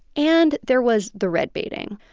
and there was the red-baiting.